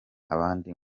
abandi